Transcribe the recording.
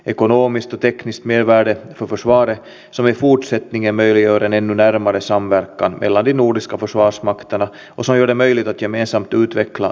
jos tämä välikysymyksen kärki olisi suunnattu juuri tähän lainvalmisteluun niin siihenhän olisi vastannut ministeri lindström eikä ministeri stubb